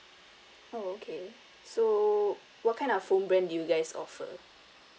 oh okay so what kind of phone brand do you guys offer